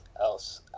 else